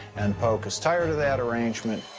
and polk is tired of that arrangement.